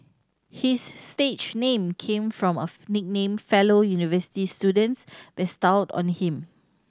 his stage name came from a nickname fellow university students bestowed on him